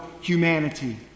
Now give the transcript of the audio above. humanity